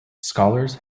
scholars